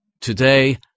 Today